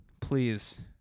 Please